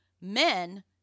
men